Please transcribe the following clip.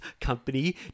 company